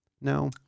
No